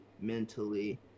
mentally